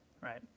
right